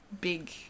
big